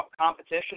competition